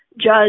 judge